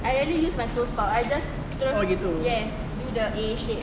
I really use my toe stop I just cruise yes do the A shape